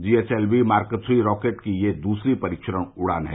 GSLV mark three rocket की यह दूसरी परीक्षण उझन है